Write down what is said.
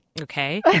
Okay